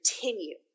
continue